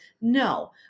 No